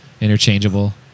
interchangeable